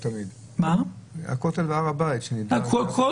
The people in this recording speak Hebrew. הכותל והר הבית, ביחד.